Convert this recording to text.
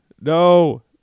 No